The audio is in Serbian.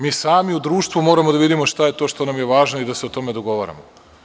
Mi sami u društvu moramo da vidimo šta je to što nam je važno i da se dogovaramo.